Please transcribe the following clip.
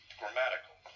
grammatical